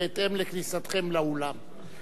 בהתאם לכניסתכם לאולם.